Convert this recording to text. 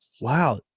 Wow